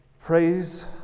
Praise